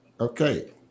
okay